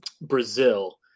Brazil